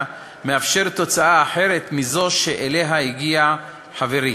מאפשר תוצאה אחרת מזו שאליה הגיע חברי,